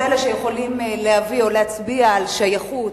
לפחות אלה שיכולים להביא או להצביע על שייכות,